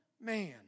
man